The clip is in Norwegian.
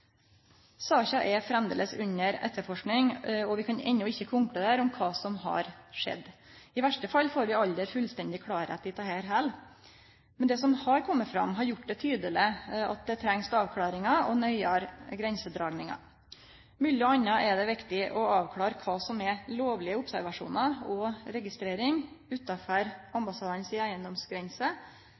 Saka er framleis under etterforsking, og vi kan enno ikkje konkludere om kva som har skjedd. I verste fall får vi aldri dette fullstendig klart heller, men det som har kome fram, har gjort det tydeleg at det trengst avklaringar og nøyare grensedragingar. Mellom anna er det viktig å avklare kva som er lovlege observasjonar og registrering utanfor ambassadane si eigedomsgrense.